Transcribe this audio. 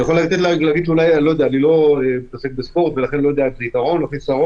אני לא עוסק בספורט ולכן אני לא יודע אם זה יתרון או חיסרון,